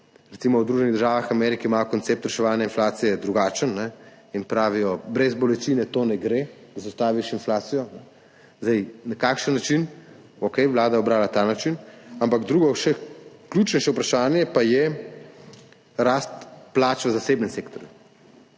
Recimo v Združenih državah Amerike imajo koncept reševanja inflacije drugačen in pravijo, brez bolečine to, da zaustaviš inflacijo, ne gre. Na kakšen način? Okej, Vlada je ubrala ta način. Ampak drugo, še ključnejše vprašanje pa je rast plač v zasebnem sektorju.